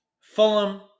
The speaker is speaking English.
Fulham